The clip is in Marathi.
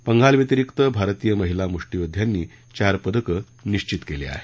पंघालव्यतिरिक्त भारतीय महिला मुष्टियोद्ध्यांनी चार पदकं निश्वित केली आहेत